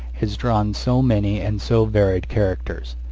has drawn so many and so varied characters.